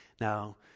Now